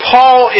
Paul